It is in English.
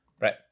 Right